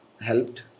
helped